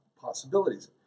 possibilities